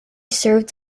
served